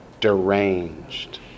deranged